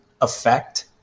effect